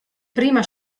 prima